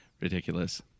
ridiculous